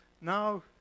Now